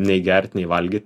nei gert nei valgyt